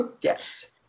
Yes